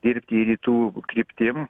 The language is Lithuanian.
dirbti rytų kryptim